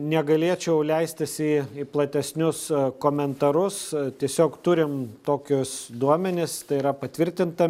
negalėčiau leistis į platesnius komentarus tiesiog turim tokius duomenis tai yra patvirtinta